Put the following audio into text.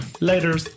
Later